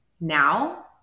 Now